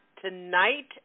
Tonight